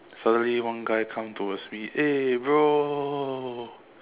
suddenly one guy come towards me eh bro